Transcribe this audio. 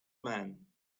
man